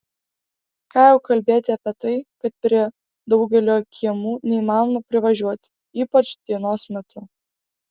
ką jau kalbėti apie tai kad prie daugelio kiemų neįmanoma privažiuoti ypač dienos metu